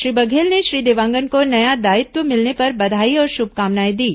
श्री बघेल ने श्री देवांगन को नया दायित्व मिलने पर बधाई और शुभकामनाएं दीं